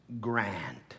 grand